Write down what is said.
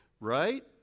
right